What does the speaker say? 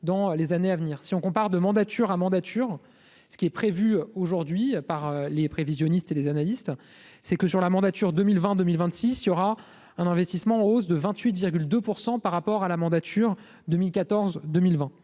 dans les années à venir, si on compare 2 mandature a mandature, ce qui est prévu aujourd'hui par les prévisionnistes et les analystes, c'est que sur la mandature 2020, 2026 il y aura un investissement en hausse de 28,2 pour 100 par rapport à la mandature 2014, 2020